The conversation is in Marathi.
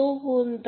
तो कोणता